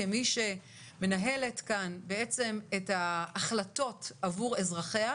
כמי שמנהלת כאן בעצם את ההחלטות עבור אזרחיה,